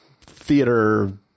theater